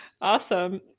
Awesome